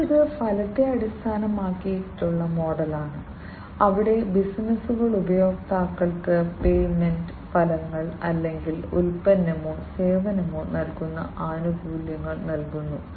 അടുത്തത് ഫലത്തെ അടിസ്ഥാനമാക്കിയുള്ള മോഡലാണ് അവിടെ ബിസിനസുകൾ ഉപഭോക്താക്കൾക്ക് പേയ്മെന്റ് ഫലങ്ങൾ അല്ലെങ്കിൽ ഉൽപ്പന്നമോ സേവനമോ നൽകുന്ന ആനുകൂല്യങ്ങൾ നൽകുന്നു